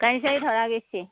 গাড়ী চাড়ী ধৰা গৈছে